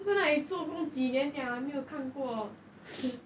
他在那里做不懂几年了还没有看过